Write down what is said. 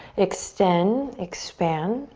extend, expand.